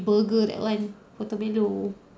burger that one portobello